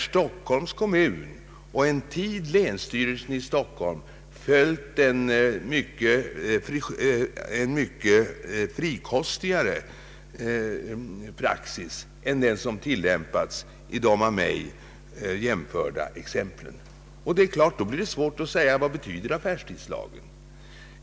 Stockholms kommun och en tid länsstyrelsen i Stockholms län har följt en mycket frikostigare praxis än den som tillämpats i de av mig nämnda exemplen. Då är det givetvis svårt att säga vad affärstidslagen betyder.